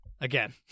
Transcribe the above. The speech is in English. again